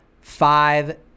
five